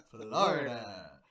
Florida